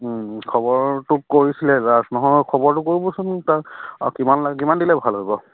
খবৰটো কৰিছিলে নহয় খবৰটো কৰিবচোন তাক কিমান কিমান দিলে ভাল হয় বাৰু